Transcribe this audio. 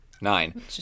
Nine